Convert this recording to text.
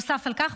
נוסף על כך,